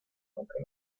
aunque